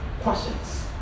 questions